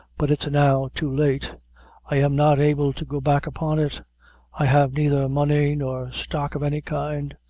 but it's now too late i am not able to go back upon it i have neither money nor stock of any kind.